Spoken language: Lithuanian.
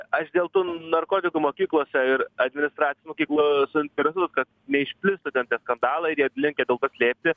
aš dėl tų narkotikų mokyklose ir administraciją mokyklų suinteresuot kad neišplistų ten tie skandalai ir jie linkę dėl to slėpti